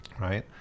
Right